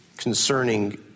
Concerning